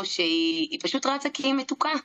לנצח ולרסק את החמאס.